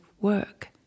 work